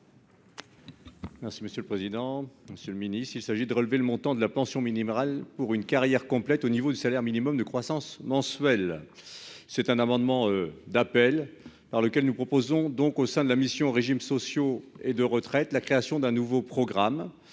Merci monsieur le président, Monsieur le Ministre, il s'agit de relever le montant de la pension minimale pour une carrière complète au niveau du salaire minimum de croissance mensuelle, c'est un amendement d'appel par lequel nous proposons donc au sein de la mission régimes sociaux et de retraite, la création d'un nouveau programme